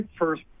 first